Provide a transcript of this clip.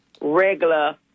regular